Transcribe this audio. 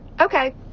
Okay